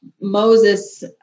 Moses